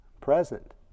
present